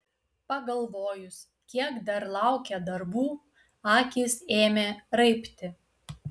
pagalvojus kiek dar laukia darbų akys ėmė raibti